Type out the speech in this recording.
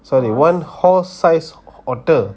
sorry one horse sized otter